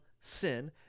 sin